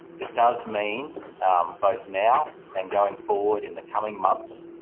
it does mean both now and going forward in the coming months,